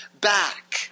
back